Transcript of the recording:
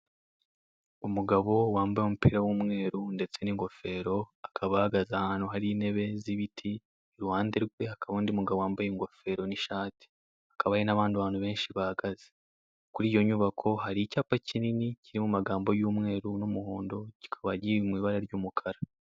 Umugabo wambaye umupira w'umweru ndetse n'ingofero akaba ahagaze ahantu hari ntebe z'ibiti, iruhande rwe hakaba undi mugabo wambaye ingofero n'ishati hakaba hari n'abandi bantu benshi bahagaze, kuri iyo nyubako hakaba hari icyapa kinini kirimo amagambo y'umweru n'umuhondo kikaba kiri mu ibara ry'umukara.